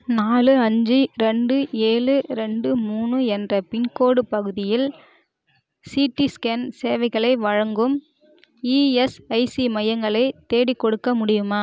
நாலு அஞ்சு ரெண்டு ஏழு ரெண்டு மூணு என்ற பின்கோடு பகுதியில் சிடி ஸ்கேன் சேவைகளை வழங்கும் இஎஸ்ஐசி மையங்களை தேடிக் கொடுக்க முடியுமா